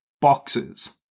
boxes